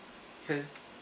can